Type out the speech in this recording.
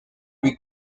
lui